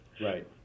right